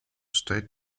state